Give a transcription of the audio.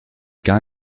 gar